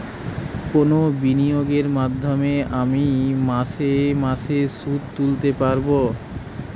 কোন বিনিয়োগের মাধ্যমে আমি মাসে মাসে সুদ তুলতে পারবো?